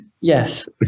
Yes